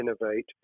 innovate